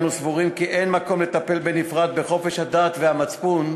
אנו סבורים כי אין מקום לטפל בנפרד בחופש הדת והמצפון,